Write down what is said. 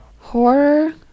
Horror